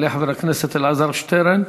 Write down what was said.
יעלה חבר הכנסת אלעזר שטרן,